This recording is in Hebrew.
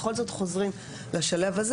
בכל זאת חוזרים לשלב הזה,